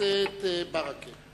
הכנסת ברכה.